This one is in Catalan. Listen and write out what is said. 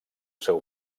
seu